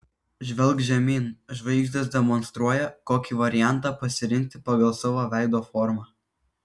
žvelk žemyn žvaigždės demonstruoja kokį variantą pasirinkti pagal savo veido formą